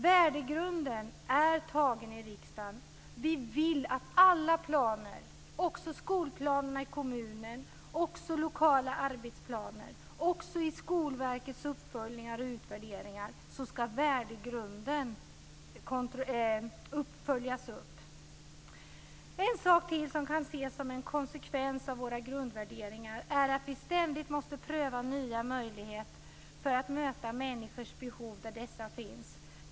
Värdegrunden är tagen i riksdagen. Vi vill att värdegrunden skall följas upp i alla planer, också i skolplanerna i kommunen, i lokala arbetsplaner samt i En sak till som kan ses som en konsekvens av våra grundvärderingar är att vi ständigt måste pröva nya möjligheter för att möta människors behov där dessa finns.